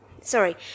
sorry